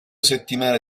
settimane